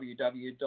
www